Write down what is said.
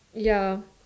ya